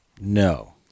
No